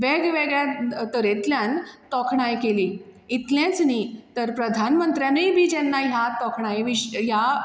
वेगळ्यावेगळ्या तरेंतल्यान तोखणाय केली इतलेंच न्ही तर प्रधान मंत्र्यानूय बी जेन्ना ह्या तोखणाये विशीं ह्या